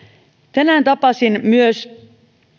tänään tapasin myös